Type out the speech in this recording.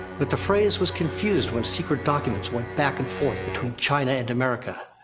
but the phrase was confused when secret documents went back and forth between china and america.